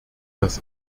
das